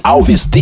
Alves